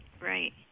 right